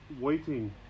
waiting